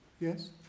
Yes